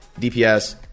DPS